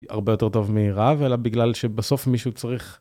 הרבה יותר טוב מרב אלא בגלל שבסוף מישהו צריך.